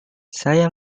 saya